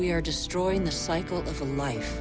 we are destroying the cycles of life